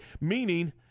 meaning –